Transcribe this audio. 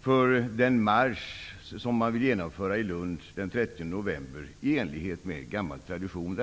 för den marsch som man ville genomföra i Lund den 30 november, i enlighet med en gammal tradition.